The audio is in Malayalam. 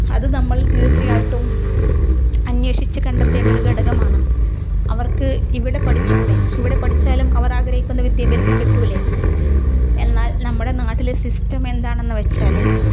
അത് നമ്മൾ തീർച്ചയായിട്ടും അന്വേഷിച്ച് കണ്ടെത്തേണ്ട ഒരു ഘടകമാണ് അവർക്ക് ഇവിടെ പഠിച്ചൂകൂടെ ഇവിടെ പഠിച്ചാലും അവർ ആഗ്രഹിക്കുന്ന വിദ്യാഭ്യാസം കിട്ടുകയില്ലെ എന്നാൽ നമ്മുടെ നാട്ടിലെ സിസ്റ്റം എന്താണെന്ന് വെച്ചാൽ